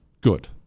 Good